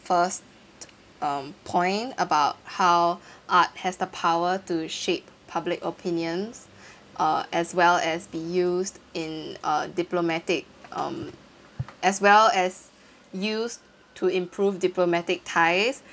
first um point about how art has the power to shape public opinions uh as well as be used in uh diplomatic um as well as used to improve diplomatic ties